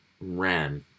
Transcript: ran